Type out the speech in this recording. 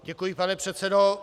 Děkuji, pane předsedo.